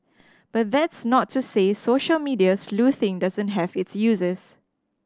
but that's not to say social media sleuthing doesn't have its uses